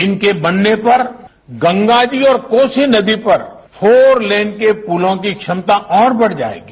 इनके बनने पर गंगाजी और कोसी नदी पर फॉर लेन के पुलों की क्षमता और बढ़ जाएगी